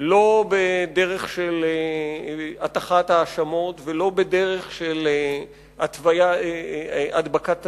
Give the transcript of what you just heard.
לא בדרך של הטחת האשמות ולא בדרך של הדבקת תוויות,